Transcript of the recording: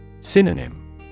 Synonym